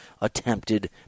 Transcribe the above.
attempted